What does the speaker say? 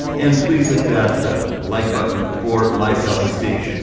and please hit that like button for my self-esteem.